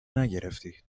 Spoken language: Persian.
نگرفتی